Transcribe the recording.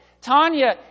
Tanya